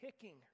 picking